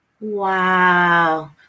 Wow